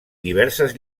diverses